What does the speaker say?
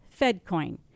FedCoin